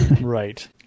Right